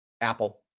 Apple